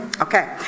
okay